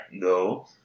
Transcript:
go